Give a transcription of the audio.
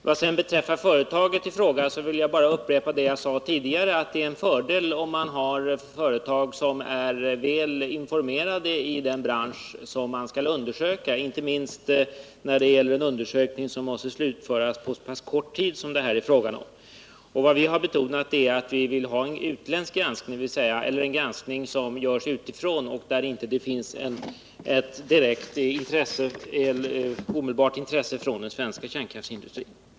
Vad sedan beträffar företaget i fråga vill jag bara upprepa vad jag sade tidigare, att det är en fördel om man har företag som är väl informerade i den bransch som skall undersökas, inte minst när det gäller en undersökning som måste slutföras på så kort tid som det här är fråga om. Vad vi har betonat är att vi vill ha en utländsk granskning eller en granskning som görs utifrån och där det inte finns med ett direkt och omedelbart intresse från den svenska kärnkraftsindustrin.